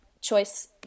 choice